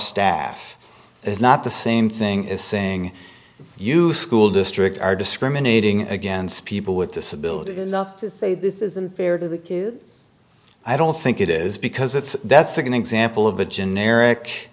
staff is not the same thing as saying you school districts are discriminating against people with disabilities is up to say this isn't fair to the kid i don't think it is because it's that's an example of a generic